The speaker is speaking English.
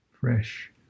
fresh